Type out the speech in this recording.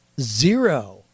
zero